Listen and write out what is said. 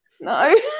No